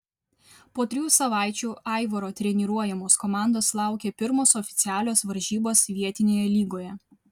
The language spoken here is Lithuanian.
po trijų savaičių aivaro treniruojamos komandos laukė pirmos oficialios varžybos vietinėje lygoje